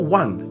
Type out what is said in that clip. one